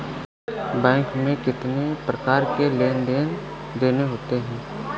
Bank में कितनी प्रकार के लेन देन देन होते हैं?